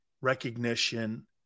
recognition